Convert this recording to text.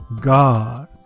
God